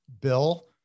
Bill